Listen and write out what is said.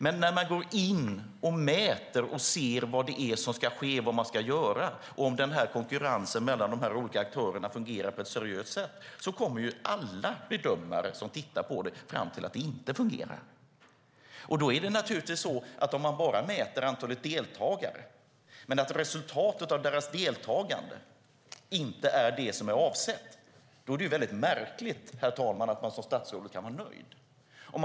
Alla bedömare som går in och mäter och ser vad det är som ska ske och vad man ska göra och om konkurrensen mellan de olika aktörerna fungerar på ett seriöst sätt kommer fram till att det inte fungerar. Om man mäter antalet deltagare och resultatet av deras deltagande inte är det avsedda är det naturligtvis märkligt, herr talman, att man kan vara nöjd, som statsrådet är.